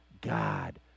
God